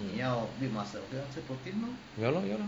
ya lor ya lor